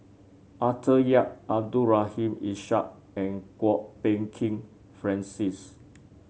Arthur Yap Abdul Rahim Ishak and Kwok Peng Kin Francis